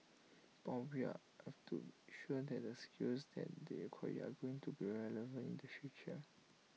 but we are have to sure that the skills that they acquire are going to be relevant in the future